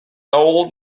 old